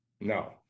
No